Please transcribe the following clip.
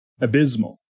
abysmal